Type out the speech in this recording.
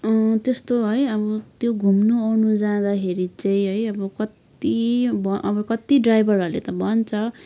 त्यस्तो है अब त्यो घुम्नु ओर्नु जाँदाखेरि चाहिँ है अब कति अब कति ड्राइभरहरूले त भन्छ